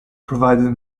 provided